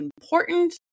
important